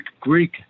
Greek